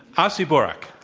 asi burak.